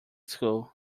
school